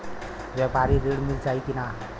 व्यापारी ऋण मिल जाई कि ना?